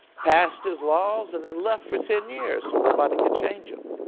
passed his laws and then left for ten years so nobody could change them.